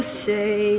say